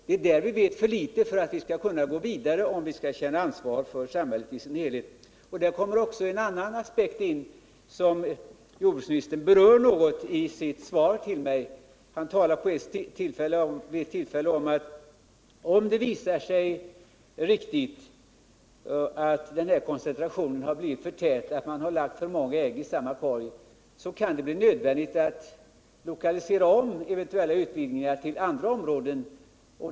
Det är där vi vet för litet för att vi skall kunna gå vidare och samtidigt känna ansvar för samhället i sin helhet. Där kommer också en annan aspekt in, som jordbruksministern berörde något i sitt svar till mig. Han talar vid ett tillfälle om att om det visar sig riktigt att koncentrationen är för hög, att man lagt för många ägg i samma korg, kan det bli nödvändigt att lokalisera eventuella utvidgningar till andra områden.